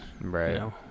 Right